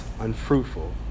unfruitful